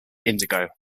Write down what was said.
indigo